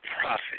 profit